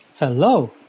Hello